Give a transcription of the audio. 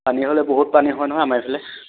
পানী হ'লে বহুত পানী হয় নহয় আমাৰ এইফালে